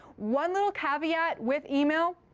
one little caveat with email.